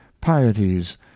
pieties